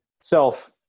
self